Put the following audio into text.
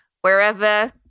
wherever